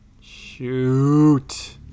shoot